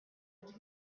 êtes